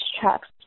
tracks